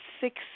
six